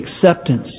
acceptance